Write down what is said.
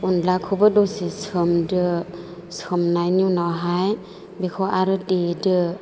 अनलाखौबो दसे सोमदो सोमनायनि उनावहाय बेखौ आरो देदो